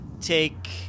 take